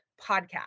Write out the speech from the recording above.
podcast